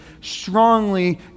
strongly